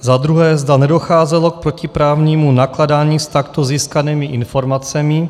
za druhé, zda nedocházelo k protiprávnímu nakládání s takto získanými informacemi;